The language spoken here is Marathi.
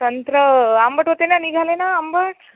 संत्रं आंबट होते ना निघाले ना आंबट